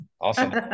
awesome